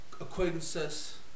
acquaintances